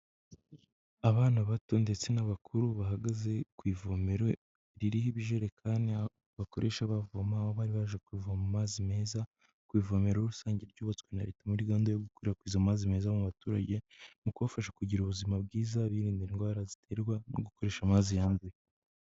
Abana bato ndetse n'abakuru bahagaze ku ivomero ririho ibijerekani bakoresha bavoma, aho bari baje kuvoma amazi meza ku ivomero rusange ryubatswe na leta, muri gahunda yo gukwirakwiza amazi meza mu baturage, mu kubafasha kugira ubuzima bwiza birinda indwara ziterwa no gukoresha amazi yanduye.